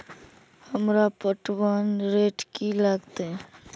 हमरा पटवन रेट की लागते?